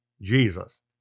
Jesus